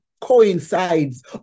coincides